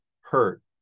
hurt